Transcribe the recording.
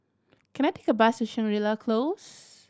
can I take a bus to Shangri La Close